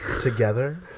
Together